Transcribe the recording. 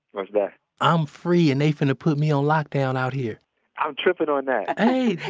but yeah i'm free and they finna put me on lockdown out here i'm tripping on that hey,